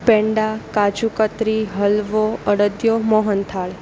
peda kaju katri halwa adadiya mohanthal